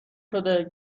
شده